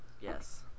Yes